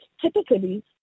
typically